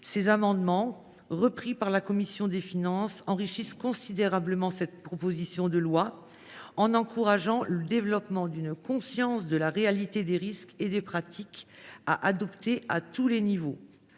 Ses amendements, repris par la commission des finances, enrichissent considérablement cette proposition de loi en ce qu’ils ont pour effet d’encourager le développement d’une conscience de la réalité des risques et des pratiques à adopter à tous les niveaux.